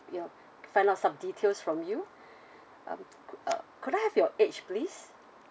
your find out some details from you um uh could I have your age please